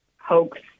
hoax